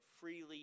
freely